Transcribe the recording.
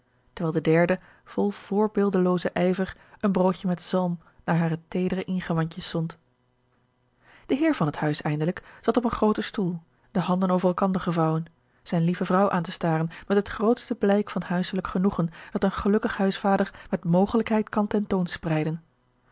terwijl de derde vol voorbeeldeloozen ijver een broodje met zalm naar hare teedere ingewandjes zond de heer van het huis eindelijk zat op een grooten stoel de handen over elkander gevouwen zijne lieve vrouw aan te staren met het grootste blijk van huiselijk genoegen dat een gelukkig huisvader met mogelijkheid kan